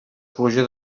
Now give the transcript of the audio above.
pluja